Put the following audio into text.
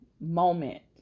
moment